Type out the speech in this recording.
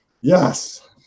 yes